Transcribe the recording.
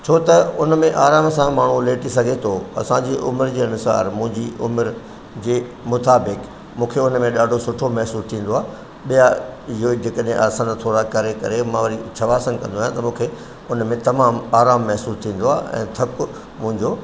छो त उन में आराम सां माण्हू लेटी सघे थो असांजी उमिरि जे अनुसार मुंहिंजी उमिरि जे मुताबिक़ि मूंखे उन में ॾाढो सुठो महिसूस थींदो आहे ॿिया इहो जेकॾहिं आसन थोरा करे करे मां वरी शवासन कंदो आहियां त मूंखे उन में तमामु आरामु महसूस थींदो आहे ऐं थक मुंहिंजो